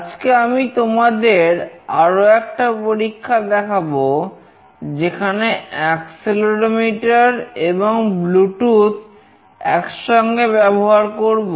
আজকে আমি তোমাদের আরো একটা পরীক্ষা দেখাবো যেখানে অ্যাক্সেলেরোমিটার একসঙ্গে ব্যবহার করব